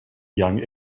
young